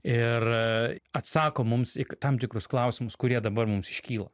ir atsako mums į tam tikrus klausimus kurie dabar mums iškyla